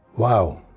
wow